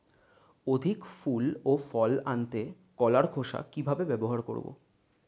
অধিক ফুল ও ফল আনতে কলার খোসা কিভাবে ব্যবহার করব?